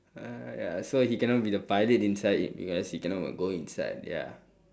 uh ya so he cannot be the pilot inside because he cannot even go inside ya